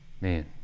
Man